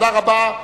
תודה רבה.